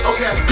Okay